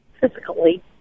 physically